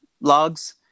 logs